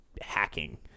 hacking